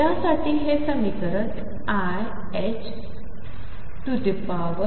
तर यासाठीहेसमीकरणiℏ∂ψrt∂t∑CnEnnrt